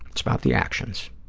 it's about the actions,